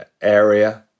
area